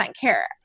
care